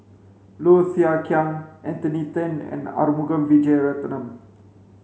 Low Thia Khiang Anthony Then and Arumugam Vijiaratnam